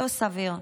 לא סביר.